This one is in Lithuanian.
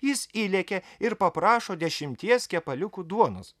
jis įlėkė ir paprašo dešimties kepaliukų duonos